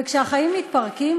וכשהחיים מתפרקים,